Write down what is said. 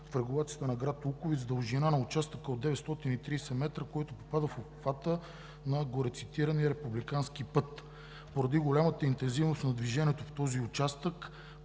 в регулацията на град Луковит с дължина на участъка от 930 м, който попада в обхвата на горецитирания републикански път. Поради голямата интензивност на движението в този участък